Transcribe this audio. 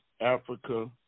Africa